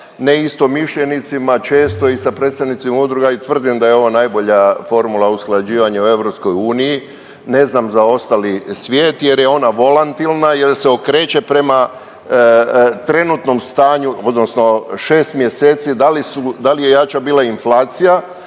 neistomišljenicima, često i sa predstavnicima udruga i tvrdim da je ovo najbolja formula usklađivanja u EU. Ne znam za ostali svijet jer je ona volantilna, jer se okreće prema trenutnom stanju odnosno 6 mjeseci, da li su, da li je jača bila inflacija